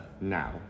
now